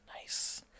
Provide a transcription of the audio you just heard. Nice